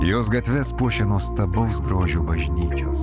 jos gatves puošia nuostabaus grožio bažnyčios